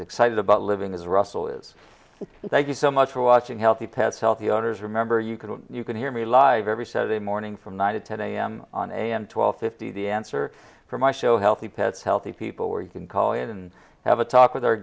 excited about living as russell is thank you so much for watching healthy pets healthy authors remember you can you can hear me live every saturday morning from nine to ten am on am twelve fifty the answer for my show healthy pets healthy people where you can call in and have a talk with our